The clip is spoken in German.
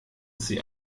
sie